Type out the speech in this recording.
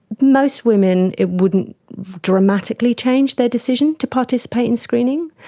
most women, it wouldn't dramatically change their decision to participate in screening,